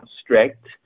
strict